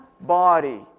body